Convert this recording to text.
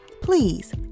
please